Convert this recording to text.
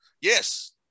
yes